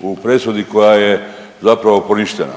u presudi koja je zapravo poništena.